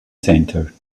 center